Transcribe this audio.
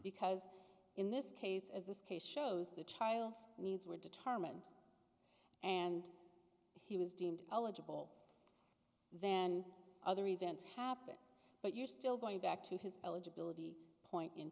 because in this case as this case shows the child's needs were determined and he was deemed eligible then other events happen but you're still going back to his eligibility point in